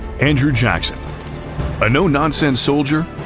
andrew jackson a no-nonsense soldier,